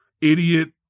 idiot